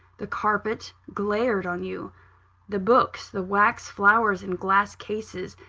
the carpet glared on you the books, the wax-flowers in glass-cases,